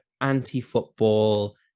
anti-football